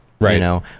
Right